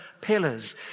pillars